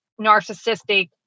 narcissistic